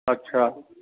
अच्छा